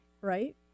right